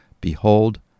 Behold